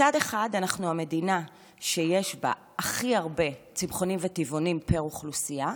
מצד אחד אנחנו המדינה שיש בה הכי הרבה צמחונים פר אוכלוסייה.